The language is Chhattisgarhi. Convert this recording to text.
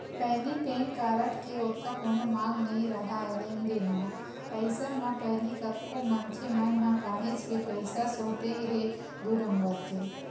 पहिली पेन कारड के ओतका कोनो मांग नइ राहय लेन देन म, अइसन म पहिली कतको मनखे मन ह काहेच के पइसा सोटे हे दू नंबर के